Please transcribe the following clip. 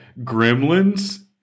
Gremlins